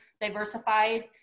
diversified